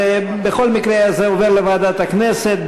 בכל מקרה, זה עובר לוועדת הכנסת.